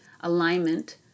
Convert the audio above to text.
alignment